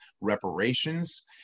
reparations